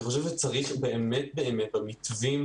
אני חושב שצריך באמת באמת במתווים